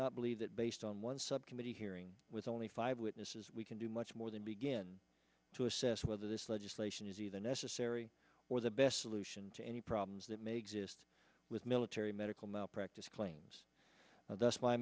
not believe that based on one subcommittee hearing with only five witnesses we can do much more than begin to assess whether this legislation is either necessary or the best solution to any problems that may exist with military medical malpractise claims th